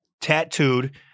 tattooed